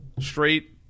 straight